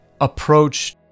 approach